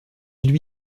lui